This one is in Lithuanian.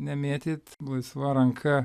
nemėtyt laisva ranka